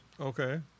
Okay